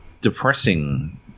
depressing